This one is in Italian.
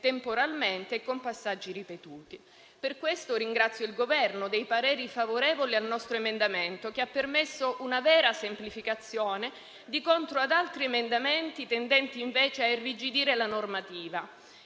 temporalmente e con passaggi ripetuti. Ringrazio il Governo per il parere favorevole espresso sul nostro emendamento, che ha permesso una vera semplificazione, di contro ad altri emendamenti tendenti invece a irrigidire la normativa